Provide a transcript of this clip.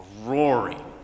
roaring